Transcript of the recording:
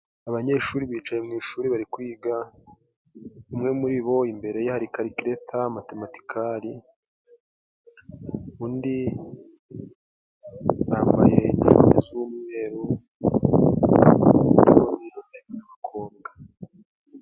Abanyeshuri bicaye mu ishuri bari kwiga, umwe muri bo imbere ye hari karikileta, matematikari, undi bambaye iniforume z'umweru basa n'abakobwa.